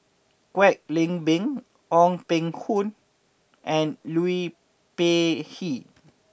Kwek Leng Beng Ong Peng Hock and Liu Peihe